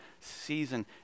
season